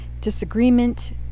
disagreement